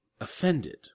offended